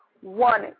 one